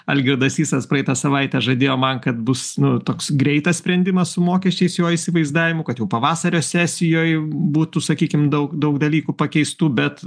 algirdas sysas praeitą savaitę žadėjo man kad bus nu toks greitas sprendimas su mokesčiais jo įsivaizdavimu kad jau pavasario sesijoj būtų sakykim daug daug dalykų pakeistų bet